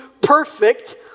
perfect